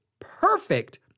perfect